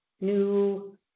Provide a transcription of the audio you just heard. new